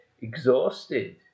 exhausted